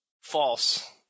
False